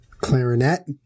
Clarinet